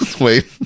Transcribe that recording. wait